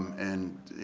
and,